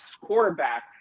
quarterback